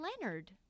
Leonard